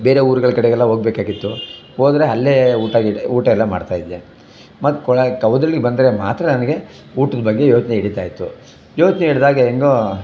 ಬೇರೆ ಊರ್ಗಳ ಕಡೆಗೆಲ್ಲ ಹೋಗ್ಬೇಕಾಗಿತ್ತು ಹೋದರೆ ಅಲ್ಲೇ ಊಟ ಗೀಟ ಊಟ ಎಲ್ಲ ಮಾಡ್ತಾಯಿದ್ದೆ ಮತ್ತೆ ಕೊಳ ಕೌದಳ್ಳಿಗೆ ಬಂದರೆ ಮಾತ್ರ ನನಗೆ ಊಟದ ಬಗ್ಗೆ ಯೋಚನೆ ಹಿಡಿತಾಯಿತ್ತು ಯೋಚನೆ ಹಿಡಿದಾಗ ಹೆಂಗೋ